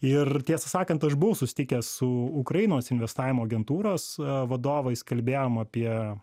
ir tiesą sakant aš buvau susitikęs su ukrainos investavimo agentūros vadovais kalbėjom apie